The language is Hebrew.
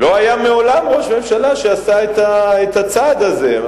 לא היה מעולם ראש ממשלה שעשה את הצעד הזה,